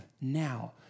now